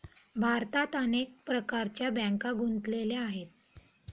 भारतात अनेक प्रकारच्या बँका गुंतलेल्या आहेत